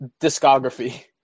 discography